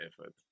effort